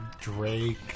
Drake